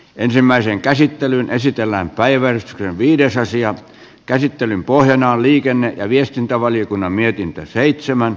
ensimmäisen käsittelyn esitellään päivän viides asian käsittelyn pohjana on liikenne ja viestintävaliokunnan mietintö